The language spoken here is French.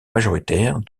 majoritaire